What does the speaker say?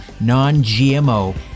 non-GMO